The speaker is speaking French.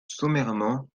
sommairement